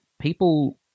people